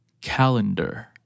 Calendar